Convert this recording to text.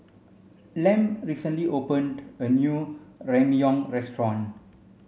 Lem recently opened a new Ramyeon restaurant